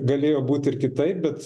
galėjo būti ir kitaip bet